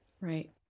Right